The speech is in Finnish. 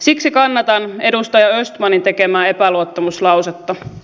siksi kannatan edustaja östmanin tekemää epäluottamuslausetta